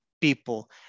people